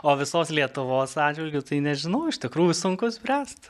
o visos lietuvos atžvilgiu tai nežinau iš tikrųjų sunku spręsti